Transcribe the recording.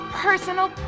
personal